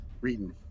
reading